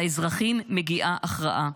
לאזרחים מגיעה הכרעה.